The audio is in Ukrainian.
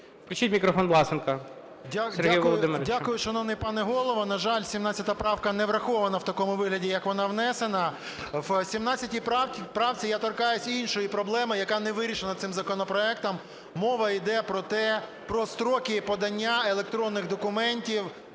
Включіть мікрофон Власенка Сергія Володимировича.